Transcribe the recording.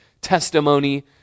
testimony